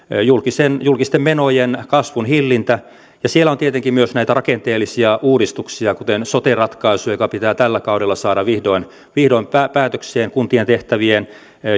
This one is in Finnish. julkisten menojen kasvun hillintä ja siellä on tietenkin myös näitä rakenteellisia uudistuksia kuten sote ratkaisu joka pitää tällä kaudella saada vihdoin vihdoin päätökseen kuntien tehtävien